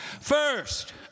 First